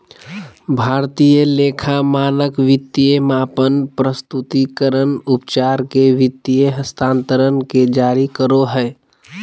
भारतीय लेखा मानक वित्तीय मापन, प्रस्तुतिकरण, उपचार के वित्तीय हस्तांतरण के जारी करो हय